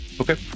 Okay